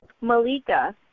Malika